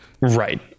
Right